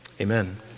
Amen